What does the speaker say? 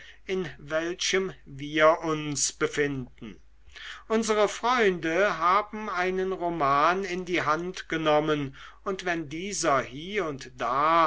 in welchem wir uns befinden unsere freunde haben einen roman in die hand genommen und wenn dieser hie und da